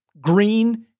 green